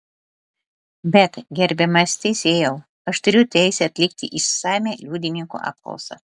bet gerbiamasis teisėjau aš turiu teisę atlikti išsamią liudininko apklausą